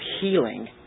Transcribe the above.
healing